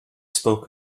spoke